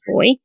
Boy